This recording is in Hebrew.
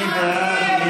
מי בעד?